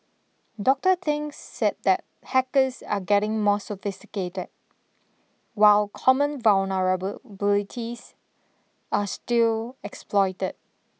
Doctor Thing said that hackers are getting more sophisticated while common vulnerabilities are still exploited